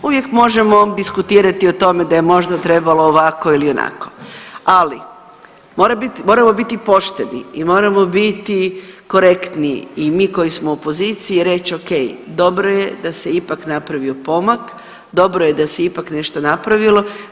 Uvijek možemo diskutirati o tome da je možda trebalo ovako ili onako, ali mora bit, moramo biti pošteni i moramo biti korektni i mi koji smo u opoziciji reć okej dobro je da se ipak napravio pomak, dobro je da se ipak nešto napravilo.